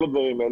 כל הדברים האלה,